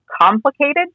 complicated